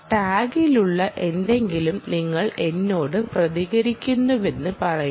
ടാഗിലുള്ള എന്തെങ്കിലും നിങ്ങൾ എന്നോട് പ്രതികരിക്കുന്നുവെന്ന് പറയുന്നു